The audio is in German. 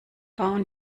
bauen